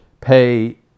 pay